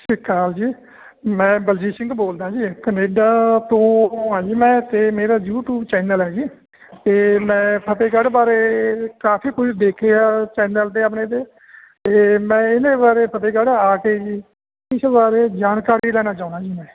ਸਤਿ ਸ਼੍ਰੀ ਅਕਾਲ ਜੀ ਮੈਂ ਬਲਜੀਤ ਸਿੰਘ ਬੋਲਦਾ ਜੀ ਕਨੇਡਾ ਤੋਂ ਹਾਂ ਜੀ ਮੈਂ ਤੇ ਮੇਰਾ ਯੂਟਿਊਬ ਚੈਨਲ ਆ ਜੀ ਅਤੇ ਮੈਂ ਫਤਿਹਗੜ੍ਹ ਬਾਰੇ ਕਾਫੀ ਕੁਝ ਦੇਖਿਆ ਚੈਨਲ 'ਤੇ ਆਪਣੇ 'ਤੇ ਅਤੇ ਮੈਂ ਇਹਦੇ ਬਾਰੇ ਫਤਿਹਗੜ੍ਹ ਆ ਕੇ ਜੀ ਇਸ ਬਾਰੇ ਜਾਣਕਾਰੀ ਲੈਣਾ ਚਾਹੁੰਦਾ ਜੀ ਮੈਂ